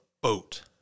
boat